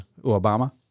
Obama